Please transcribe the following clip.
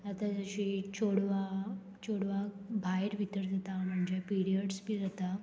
आतां जशी चेडवां चेडवांक भायर भितर जाता म्हणजे पिरियड्स बी जाता